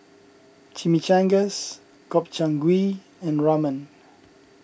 Chimichangas Gobchang Gui and Ramen